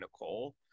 Nicole